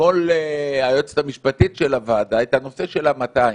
אתמול היועצת המשפטית של הוועדה את הנושא של ה-200,